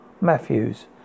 Matthews